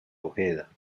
ojeda